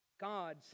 God